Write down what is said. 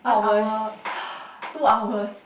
one hour two hours